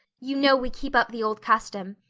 you know we keep up the old custom.